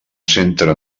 centre